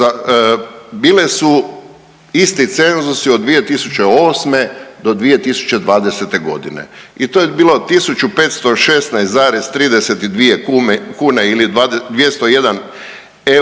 bile su isti cenzusi od 2008. do 2020. godine. I to je bilo 1.516,32 kune ili 201 euro